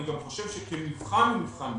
אני גם חושב שכמבחן, הוא מבחן בעייתי.